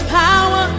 power